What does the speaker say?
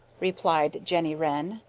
replied jenny wren.